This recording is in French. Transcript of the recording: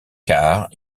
car